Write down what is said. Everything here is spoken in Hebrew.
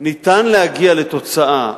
אפשר להגיע לתוצאה,